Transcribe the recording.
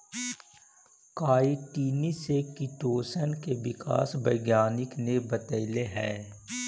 काईटिने से किटोशन के विकास वैज्ञानिक ने बतैले हई